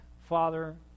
Father